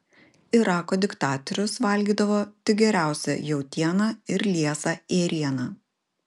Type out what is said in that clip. irako diktatorius valgydavo tik geriausią jautieną ir liesą ėrieną